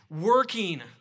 working